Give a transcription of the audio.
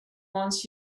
wants